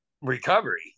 recovery